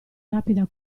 rapida